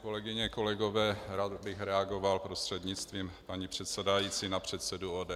Kolegyně a kolegové, rád bych reagoval prostřednictvím paní předsedající na předsedu ODS.